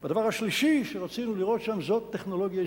הדבר השלישי שרצינו לראות שם, טכנולוגיה ישראלית.